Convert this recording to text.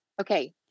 Okay